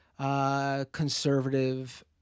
conservative